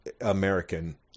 American